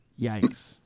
yikes